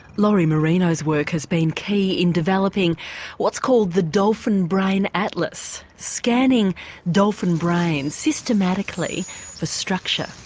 lori marino's work has been key in developing what's called the dolphin brain atlas, scanning dolphin brains systematically for structure.